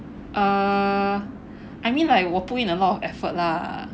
err I mean like 我 put in a lot of effort lah